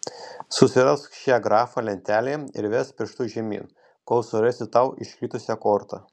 susirask šią grafą lentelėje ir vesk pirštu žemyn kol surasi tau iškritusią kortą